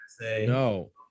no